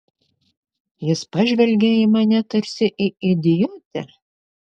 jis pažvelgė į mane tarsi į idiotę